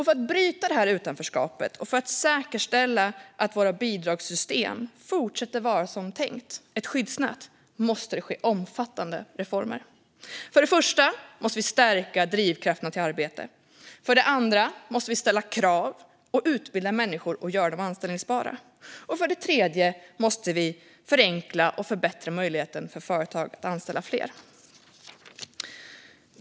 För att bryta utanförskapet och för att säkerställa att våra bidragssystem fortsätter att vara som det var tänkt - ett skyddsnät - måste det ske omfattande reformer. För det första måste vi stärka drivkrafterna till arbete. För det andra måste vi ställa krav och utbilda människor för att göra dem anställbara. För det tredje måste vi förenkla och förbättra möjligheten för företag att anställa fler.